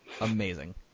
amazing